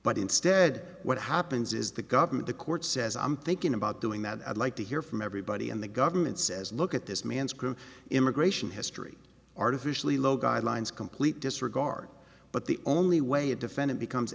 but instead what happens is the government the court says i'm thinking about doing that i'd like to hear from everybody and the government says look at this man's group immigration history artificially low guidelines complete disregard but the only way a defendant becomes